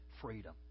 freedom